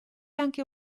anche